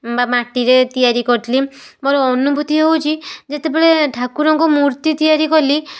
ବା ମାଟିରେ ତିଆରି କରିଥିଲି ମୋର ଅନୁଭୂତି ହେଉଛି ଯେତେବେଳେ ଠାକୁରଙ୍କ ମୂର୍ତ୍ତି ତିଆରି କଲି